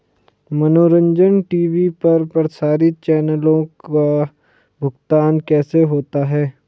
मनोरंजन टी.वी पर प्रसारित चैनलों का भुगतान कैसे होता है?